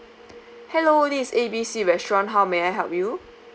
hallo this is A B C restaurant how may I help you